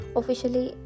officially